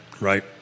Right